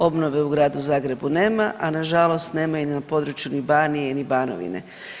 Obnove u Gradu Zagrebu nema, a nažalost nema i na području ni Banije ni Banovine.